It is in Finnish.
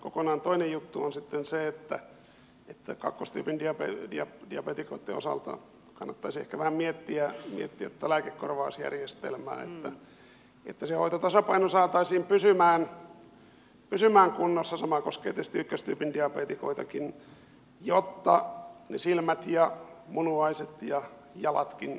kokonaan toinen juttu on sitten se että kakkostyypin diabeetikoitten osalta kannattaisi ehkä vähän miettiä tuota lääkekorvausjärjestelmää että se hoitotasapaino saataisiin pysymään kunnossa sama koskee tietysti ykköstyypinkin diabeetikoita jotta ne silmät ja munuaiset ja jalatkin säilyisivät